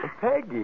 Peggy